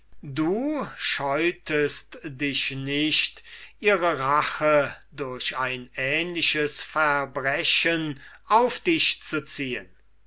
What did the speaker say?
du scheutest dich nicht ihre rache durch ein ähnliches verbrechen auf dich zu ziehen